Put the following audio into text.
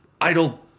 idle